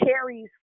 carries